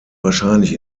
wahrscheinlich